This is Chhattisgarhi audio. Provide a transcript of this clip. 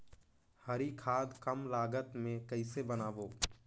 हरी खाद कम लागत मे कइसे बनाबो?